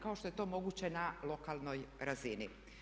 Kao što je to moguće na lokalnoj razini.